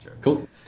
Cool